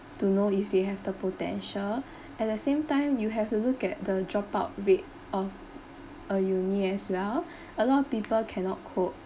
to know if they have the potential at the same time you have to look at the dropout rate of a uni as well a lot of people cannot cope